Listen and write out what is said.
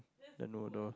the noodle